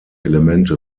elemente